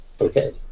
Okay